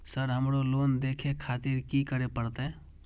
Sir हमरो loan देखें खातिर की करें परतें?